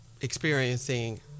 experiencing